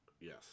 Yes